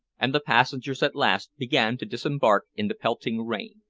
and the passengers at last began to disembark in the pelting rain.